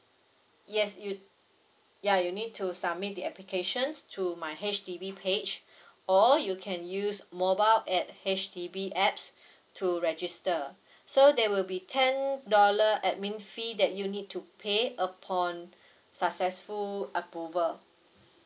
yes you ya you need to submit the applications to my H_D_B page or you can use mobile at H_D_B apps to register so there will be ten dollar admin fee that you need to pay upon successful approval